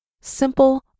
simple